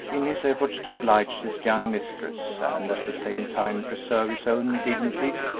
in his efforts to oblige his young mistress and at the same time preserve his own dignity,